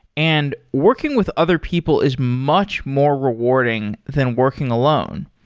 and working with other people is much more rewarding than working alone.